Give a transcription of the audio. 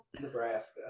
nebraska